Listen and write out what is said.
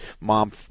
mom